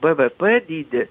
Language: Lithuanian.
bvp dydį